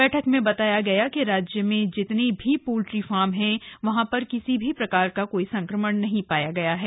बैठक में बताया गया कि राज्य में जितने भी पोल्ट्री फर्म हैं वहां पर किसी भी प्रकार का कोई संक्रमण नहीं है